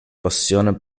passione